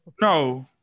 no